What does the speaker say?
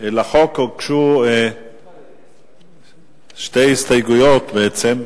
לחוק הוגשו שתי הסתייגויות, בעצם.